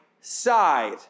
side